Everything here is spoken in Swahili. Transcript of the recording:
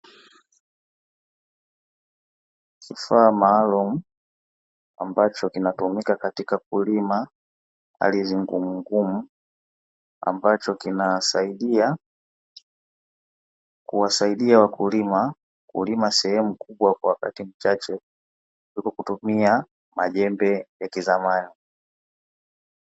Kifaa maalumu ambacho kinatumika katika kulima ardhi ngumungumu, ambacho kinasaidia kuwasaidia wakulima kulima sehemu kubwa kwa wakati mchache kuliko kutumia majembe ya kizamani.